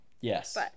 Yes